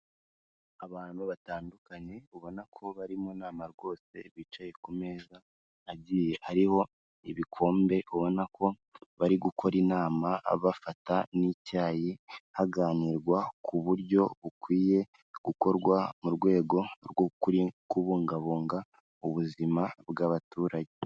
Abantu batandukanye ubona ko bari mu nama rwose bicaye ku meza agiye ariho ibikombe, ubona ko bari gukora inama bafata n'icyayi, haganirwa ku buryo bukwiye gukorwa mu rwego rw'ukuri kubungabunga ubuzima bw'abaturage.